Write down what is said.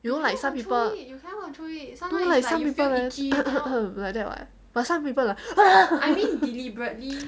you know like some people no lah some people like that what but some people